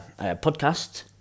podcast